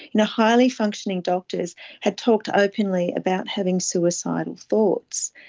and highly functioning doctors had talked openly about having suicidal thoughts.